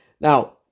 now